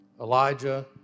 Elijah